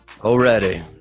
already